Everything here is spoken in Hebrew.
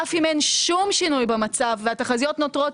אף אם אין שום שינוי במצב והתחזיות נותרות